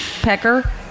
pecker